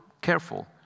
careful